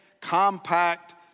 compact